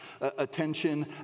Attention